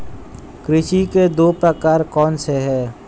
कृषि के दो प्रकार कौन से हैं?